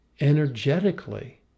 energetically